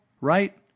right